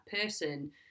person